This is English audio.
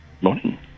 Morning